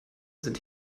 sind